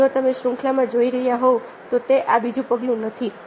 અને જો તમે શૃંખલામાં જોઇ રહ્યા હોવ તો તે આ બીજું પગલું નથી